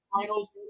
finals